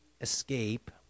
escape